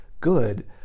good